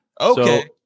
okay